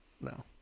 No